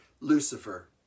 Lucifer